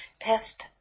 test